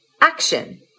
action